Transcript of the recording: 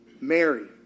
Mary